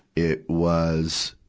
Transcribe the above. it was,